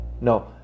No